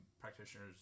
practitioners